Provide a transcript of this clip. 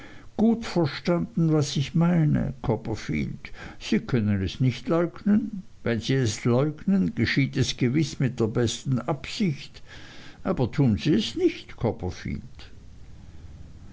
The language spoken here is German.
gut verstanden was ich meinte copperfield sie können es nicht leugnen wenn sie es leugnen geschieht es gewiß mit der besten absicht aber tun sie es nicht